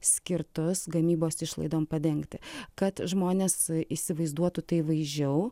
skirtus gamybos išlaidoms padengti kad žmonės įsivaizduotų tai vaizdžiau